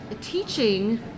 teaching